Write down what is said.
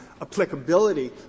applicability